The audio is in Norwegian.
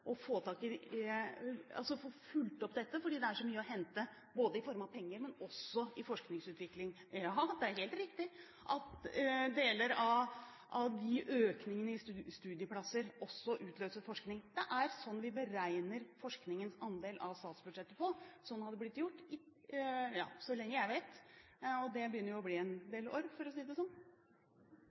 å få fulgt opp dette, fordi det er så mye å hente, både i form av penger, og også i forskningsutvikling. Ja, det er helt riktig at deler av økningene i studieplasser også utløser forskning. Det er sånn vi beregner forskningens andel av statsbudsjettet. Sånn har det blitt gjort så lenge jeg vet – og det begynner jo å bli en del år, for å si det sånn.